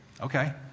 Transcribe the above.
Okay